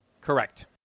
Correct